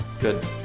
good